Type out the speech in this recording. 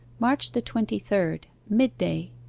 march the twenty-third. midday